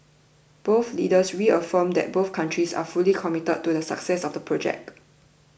both leaders reaffirmed that both countries are fully committed to the success of the project